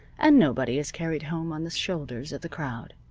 and nobody is carried home on the shoulders of the crowd.